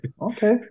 Okay